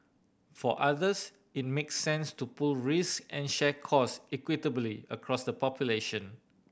for others it makes sense to pool risk and share cost equitably across the population